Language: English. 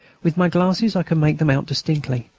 with my glasses i could make them out distinctly,